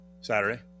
Saturday